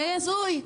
זה הזוי.